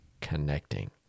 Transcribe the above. connecting